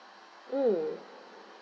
mm